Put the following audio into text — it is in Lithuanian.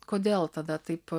kodėl tada taip